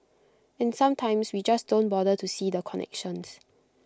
and sometimes we just don't bother to see the connections